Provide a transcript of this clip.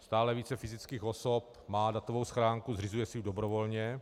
Stále více fyzických osob má datovou schránku, zřizují si ji dobrovolně.